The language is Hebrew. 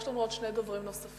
יש לנו עוד שני דוברים נוספים,